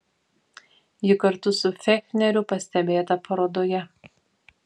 ji kartu su fechneriu pastebėta parodoje